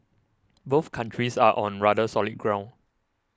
both countries are on rather solid ground